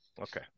okay